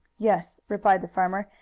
yes, replied the farmer,